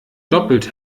doppelt